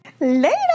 later